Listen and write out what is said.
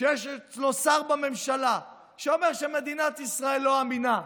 כשיש אצלו שר בממשלה שאומר שמדינת ישראל לא אמינה,